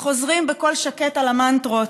וחוזרים בקול שקט על המנטרות: